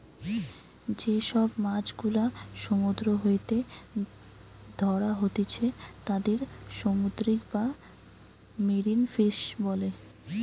যে সব মাছ গুলা সমুদ্র হইতে ধ্যরা হতিছে তাদির সামুদ্রিক বা মেরিন ফিশ বোলে